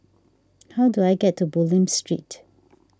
how do I get to Bulim Street